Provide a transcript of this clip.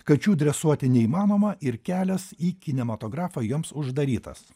kačių dresuoti neįmanoma ir kelias į kinematografą joms uždarytas